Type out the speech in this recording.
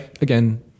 Again